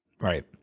Right